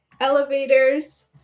elevators